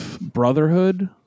Brotherhood